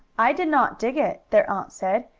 i did not dig it, their aunt said.